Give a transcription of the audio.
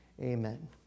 Amen